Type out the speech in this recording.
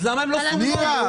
אז למה המוצרים לא סומנו?